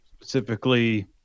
specifically